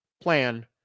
plan